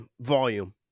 volume